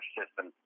system